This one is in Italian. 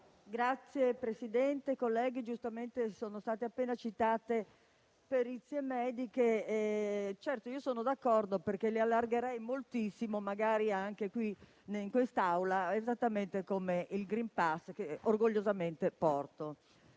Signor Presidente, colleghi, giustamente sono state appena citate perizie mediche; certo, sono d'accordo, le estenderei moltissimo, magari anche in quest'Aula, esattamente come il *green pass* che orgogliosamente possiedo.